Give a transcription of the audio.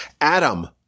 Adam